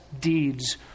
deeds